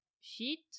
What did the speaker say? sheet